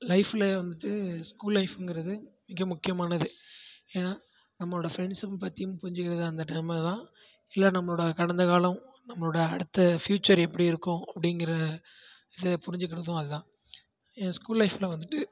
லைஃபில் வந்துட்டு ஸ்கூல் லைஃப்ங்கிறது மிக முக்கியமானது ஏன்னால் நம்மளோட ஃபிரெண்ட்ஷிப் பற்றியும் புரிஞ்சிக்கிறதும் அந்த டைமில் தான் இல்லை நம்மளோட கடந்த காலம் நம்மளோட அடுத்த ஃபியூச்சர் எப்படி இருக்கும் அப்படிங்குற இதில் புரிஞ்சுக்கிறதும் அதுதான் என் ஸ்கூல் லைஃபில் வந்துட்டு